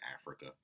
Africa